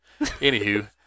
Anywho